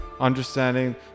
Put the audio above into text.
Understanding